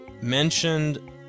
mentioned